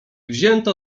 wzięto